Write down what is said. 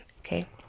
Okay